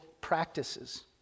practices